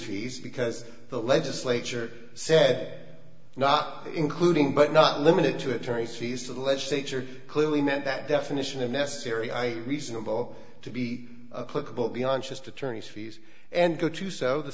fees because the legislature sad not including but not limited to attorney's fees to the legislature clearly meant that definition of necessary i reasonable to be political beyond just attorney's fees and go to so the